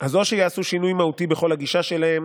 אז או שיעשו שינוי מהותי בכל הגישה שלהם